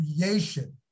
creation